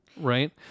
Right